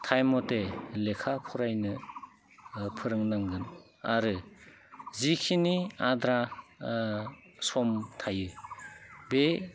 time मथे लेखा फरायनो फोरोंनांगोन आरो जिखिनि आद्रा सम थायो बे